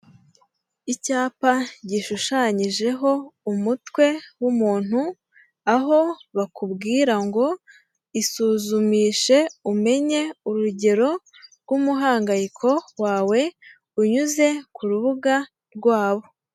Icyapa gishushanyijeho umutwe w'umuntu, aho bakubwira ngo isuzumishe umenye urugero rw'umuhangayiko wawe, unyuze ku rubuga rwabo.